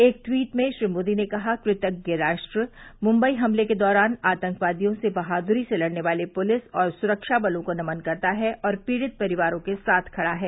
एक ट्वीट में श्री मोदी ने कहा कृतज्ञ राष्ट्र मुख्बई हमले के दौरान आतंकवादियों से बहादुरी से लड़ने वाले पुलिस और सुरक्षा बलों को नमन करता है और पीड़ित परिवारों के साथ खड़ा है